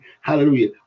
hallelujah